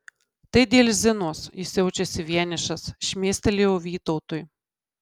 tai dėl zinos jis jaučiasi vienišas šmėstelėjo vytautui